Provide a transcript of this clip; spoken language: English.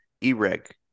e-reg